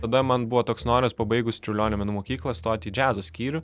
tada man buvo toks noras pabaigus čiurlionio menų mokyklą stot į džiazo skyrių